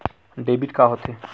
Debit का होथे?